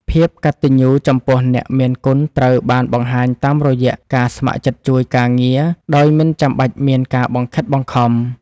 ភាពកតញ្ញូចំពោះអ្នកមានគុណត្រូវបានបង្ហាញតាមរយៈការស្ម័គ្រចិត្តជួយការងារដោយមិនចាំបាច់មានការបង្ខិតបង្ខំ។